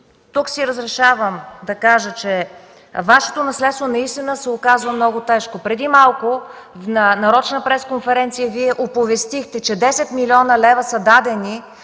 тук си разрешавам да кажа, че Вашето наследство наистина се оказва много тежко. Преди малко на нарочна пресконференция Вие оповестихте, че 10 млн. лева се взети